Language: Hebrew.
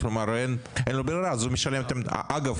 אין לו ברירה אז הוא משלם את המקדמה.